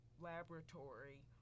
laboratory